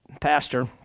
pastor